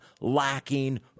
lacking